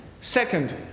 second